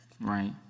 right